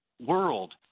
world